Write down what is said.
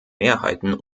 mehrheiten